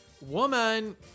Woman